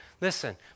Listen